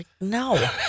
no